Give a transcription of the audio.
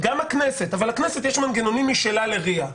גם הכנסת, אבל לכנסת יש מנגנונים משלה ל-RIA.